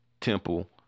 temple